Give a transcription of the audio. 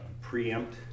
preempt